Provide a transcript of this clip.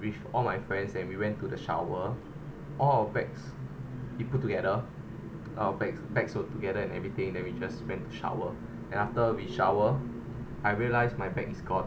with all my friends and we went to the shower all our bags we put together our bags bags were together and everything then we just went to shower and after we shower I realized my bag is gone